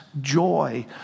joy